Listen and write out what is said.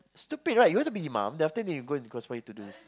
stupid right you want to be mom then after that you conspire to do this